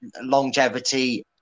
longevity